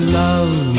love